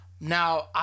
Now